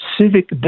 civic